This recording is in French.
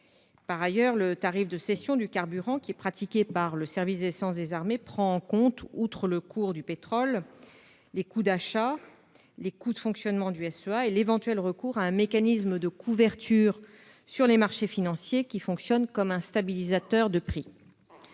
Par ailleurs, le tarif de cession du carburant qui est pratiqué par le SEA prend en compte, outre le cours du pétrole, les coûts d'achat, les coûts de fonctionnement du SEA et l'éventuel recours à un mécanisme de couverture sur les marchés financiers, mécanisme qui fonctionne comme un stabilisateur de prix.